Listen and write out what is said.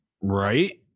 right